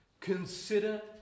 Consider